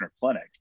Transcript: Clinic